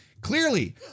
clearly